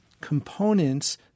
components